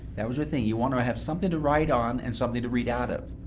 that was her thing you want to have something to write on and something to read out of.